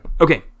Okay